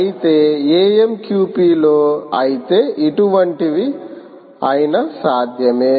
అయితే AMQP లో అయితే ఇటువంటివి అయినా సాధ్యమే